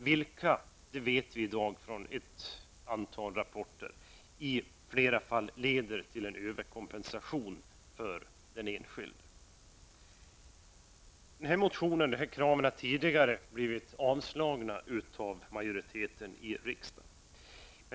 Vi vet av ett antal rapporter att sådana försäkringar i flera fall leder till överkompensation för den enskilde. Dessa motionskrav har tidigare avslagits av riksdagsmajoriteten.